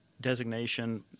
designation